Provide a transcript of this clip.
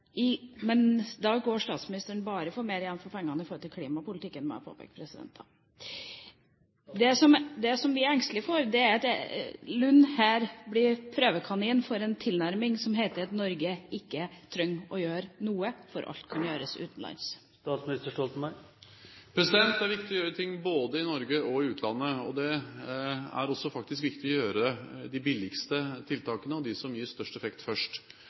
Men i dag går statsministeren bare for «mer igjen for pengene» når det gjelder klimapolitikken, må jeg påpeke. Det som vi er engstelige for, er at Lund her blir «prøvekanin» for en tilnærming der det heter at Norge ikke trenger å gjøre noe, for alt kan gjøres utenlands. Det er viktig å gjøre ting både i Norge og i utlandet. Det er faktisk også viktig å gjøre de billigste tiltakene og de som gir størst effekt først,